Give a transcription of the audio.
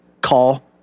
call